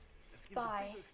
Spy